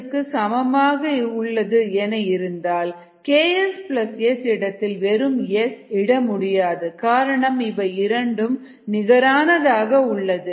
SKS என இருந்தால் Ks S இடத்தில் வெறும் S இட முடியாது காரணம் இவை இரண்டும் நிகரானதாக உள்ளன